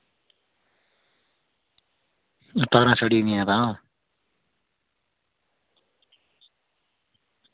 तारां सड़ी दियां तां